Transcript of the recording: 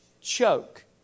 choke